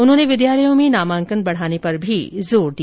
उन्होंने विद्यालयों में नामांकन बढाने पर भी जोर दिया